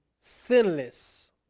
sinless